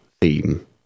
theme